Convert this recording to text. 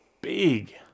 big